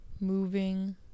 moving